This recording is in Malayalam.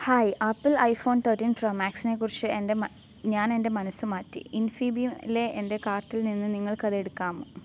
hi Apple iPhone thirteen pro മാക്സ്നെ കുറിച്ച് എൻ്റെ ഞാൻ എൻ്റെ മനസ്സ് മാറ്റി ഇൻഫിബീംലെ എൻ്റെ കാർട്ടിൽനിന്ന് നിങ്ങൾക്ക് അതെടുക്കാമോ